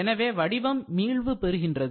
எனவே வடிவம் மீள்வு பெறுகின்றது